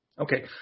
Okay